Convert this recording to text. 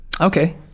Okay